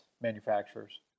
manufacturers